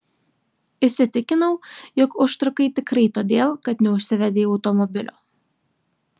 įsitikinau jog užtrukai tikrai todėl kad neužsivedei automobilio